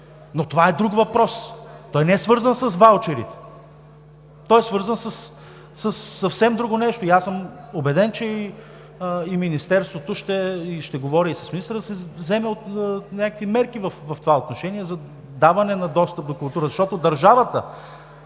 Но това е друг въпрос, той не е свързан с ваучери. Той е свързан със съвсем друго нещо и аз съм убеден, че и Министерството, ще говоря и с министъра, да се вземат някакви мерки в това отношение – за даване на достъп до културата.